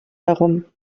herum